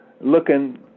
looking